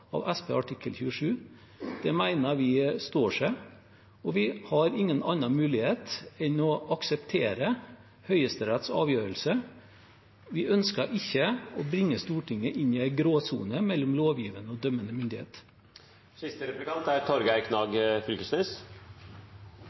av SP artikkel 27, mener vi står seg, og Stortinget har i etterkant ingen annen mulighet enn å akseptere Høyesteretts avgjørelse. Vi ønsker ikke å bringe Stortinget inn i en gråsone mellom lovgivende og dømmende myndighet. Resonnementet til Reiten byggjer på ein stor feil, for her er